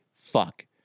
fuck